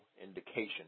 indication